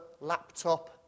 laptop